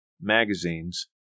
magazines